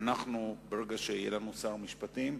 שברגע שיהיה שר משפטים,